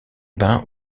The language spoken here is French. bain